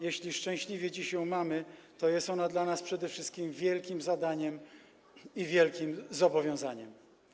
Jeśli szczęśliwie dziś ją mamy, to jest ona dla nas przede wszystkim wielkim zadaniem i wielkim zobowiązaniem.